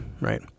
right